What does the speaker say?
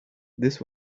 this